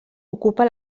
ocupa